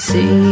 See